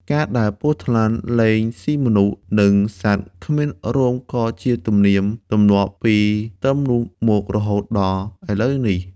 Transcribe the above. ការដែលពស់ថ្លាន់លែងស៊ីមនុស្ស និងសត្វគ្មានរោមក៏ជាទំនៀម ទំលាប់ពីត្រឹមនោះមករហូតដល់ឥឡូវនេះ ។